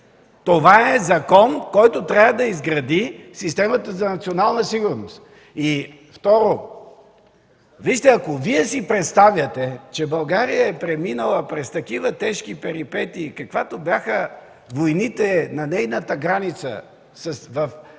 Това е закон, който трябва да изгради системата за национална сигурност! И второ, ако Вие си представяте, че България е преминала през такива тежки перипетии, каквито бяха войните на нейната граница, с военни